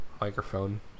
microphone